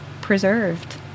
preserved